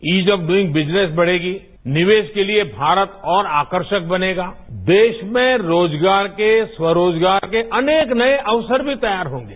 ease of doing business बढ़ेगी निवेश के लिए भारत और आकर्षक बनेगा देश में रोजगार के स्वरोगार के अनेक नये अवसर भी तैयार होंगे